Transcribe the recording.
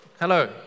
Hello